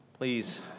Please